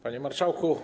Panie Marszałku!